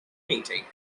meeting